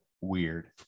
weird